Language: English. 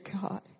God